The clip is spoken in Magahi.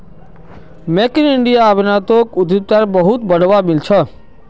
मेक इन इंडिया अभियानोत उद्यमिताक बहुत बढ़ावा मिल छ